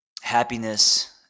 happiness